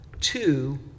two